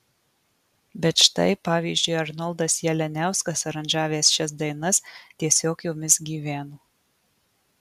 bet štai pavyzdžiui arnoldas jalianiauskas aranžavęs šias dainas tiesiog jomis gyveno